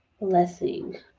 blessing